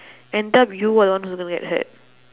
end up you are the one who going to get hurt